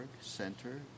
center